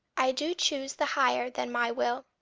i do choose the higher than my will.